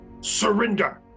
surrender